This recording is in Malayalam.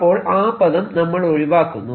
അപ്പോൾ ആ പദം നമ്മൾ ഒഴിവാക്കുന്നു